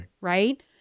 Right